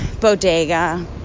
bodega